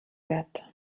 wird